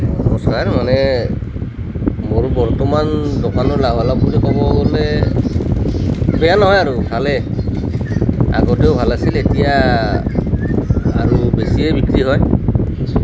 নমস্কাৰ মানে মোৰ বৰ্তমান দোকানৰ লাভালাভ বুলি ক'ব গ'লে বেয়া নহয় আৰু ভালেই আগতেও ভাল আছিল এতিয়া আৰু বেছিয়ে বিক্ৰী হয়